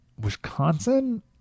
Wisconsin